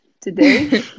today